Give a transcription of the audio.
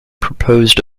proposed